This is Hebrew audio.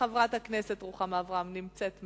חברת הכנסת רוחמה אברהם נמצאת,